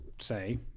say